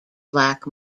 black